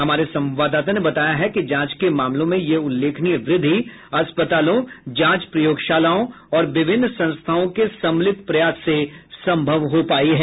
हमारे संवाददाता ने बताया है कि जांच के मामलों में यह उल्लेखनीय वृद्धि अस्पतालों जांच प्रयोगशालाओं और विभिन्न संस्थाओं के सम्मिलित प्रयास से संभव हो पाई है